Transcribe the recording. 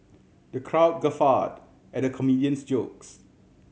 the crowd guffawed at the comedian's jokes